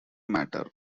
matter